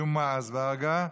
ג'מעה אזברגה.